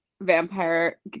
vampire